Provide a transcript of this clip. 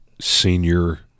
senior